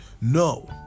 No